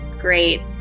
Great